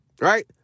right